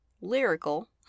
lyrical